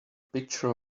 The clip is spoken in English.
picture